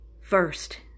first